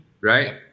right